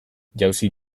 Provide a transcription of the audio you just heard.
jauzi